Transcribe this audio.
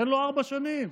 תן לו ארבע שנים,